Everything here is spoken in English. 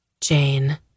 Jane